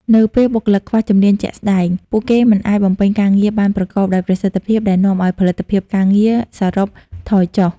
នៅពេលបុគ្គលិកខ្វះជំនាញជាក់ស្តែង ពួកគេមិនអាចបំពេញការងារបានប្រកបដោយប្រសិទ្ធភាព ដែលនាំឱ្យផលិតភាពការងារសរុបថយចុះ។